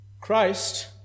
Christ